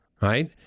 right